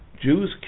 Jews